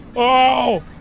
oh,